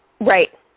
Right